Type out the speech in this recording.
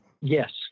Yes